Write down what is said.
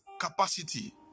Capacity